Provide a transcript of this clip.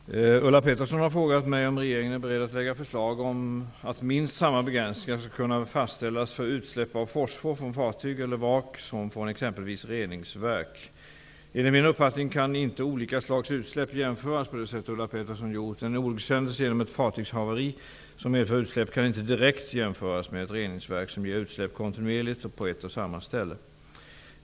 Herr talman! Ulla Pettersson har frågat mig om regeringen är beredd att lägga förslag om att minst samma begränsningar skall kunna fastställas för utsläpp av fosfor från fartyg eller vrak som från exempelvis reningsverk. Enligt min uppfattning kan inte olika slags utsläpp jämföras på det sätt Ulla Pettersson gjort. En olyckshändelse genom ett fartygshaveri som medför utsläpp kan inte direkt jämföras med ett reningsverk som ger utsläpp kontinuerligt och på ett och samma ställe.